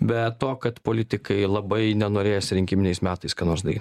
be to kad politikai labai nenorėjęs rinkiminiais metais ką nors daryt